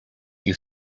you